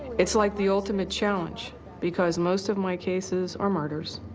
it's like the ultimate challenge because most of my cases are murders.